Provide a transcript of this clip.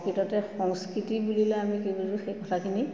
প্ৰকৃততে সংস্কৃতি বুলিলে আমি কি বুজো সেই কথাখিনি